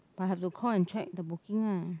but have to call and check the booking lah